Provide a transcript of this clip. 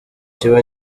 kiba